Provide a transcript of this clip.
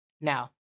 Now